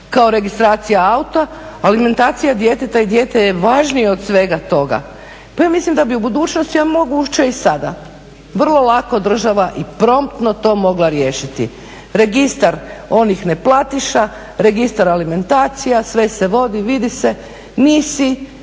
kao registracija auta. Alimentacija djeteta i dijete je važnije od svega toga. Pa ja mislim da bi u budućnosti a moguće je i sada vrlo lako država i promptno to mogla riješiti. Registar onih neplatiša, registar alimentacija, sve se vodi, vidi se, nisi